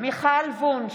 מיכל וונש,